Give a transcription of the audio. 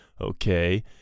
Okay